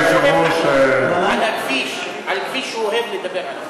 על כביש שהוא אוהב לדבר עליו.